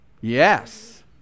Yes